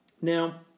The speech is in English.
Now